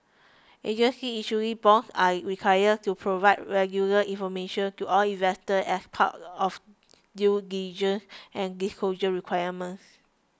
agencies issuing bonds are required to provide regular information to all investors as part of due diligence and disclosure requirements